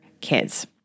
kids